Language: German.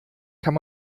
kann